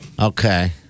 Okay